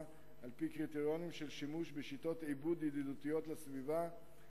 על-פי קריטריונים של שימוש בשיטות עיבוד ידידותיות לסביבה,